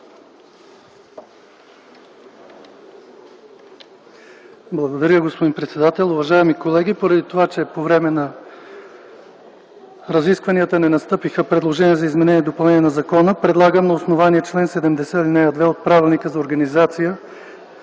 Благодаря, господин председател. Уважаеми колеги, поради това че по време на разискванията не настъпиха предложения за изменение и допълнение на законопроекта, предлагам на основание чл. 70, ал. 2 от Правилника за организацията